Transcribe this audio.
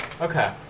Okay